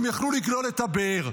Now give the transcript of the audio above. הם יכלו לגלול את הבאר.